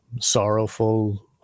sorrowful